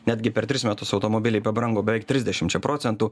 netgi per tris metus automobiliai pabrango beveik trisdešimčia procentų